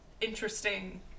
interesting